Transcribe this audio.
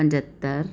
पंजहतरि